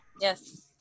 Yes